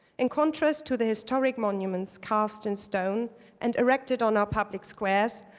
in contrast to the historic monuments cast in stone and erected on our public squares,